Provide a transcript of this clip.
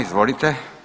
Izvolite.